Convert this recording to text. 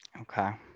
Okay